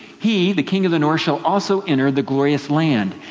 he, the king of the north, shall also enter the glorious land,